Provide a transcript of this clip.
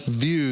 views